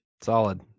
Solid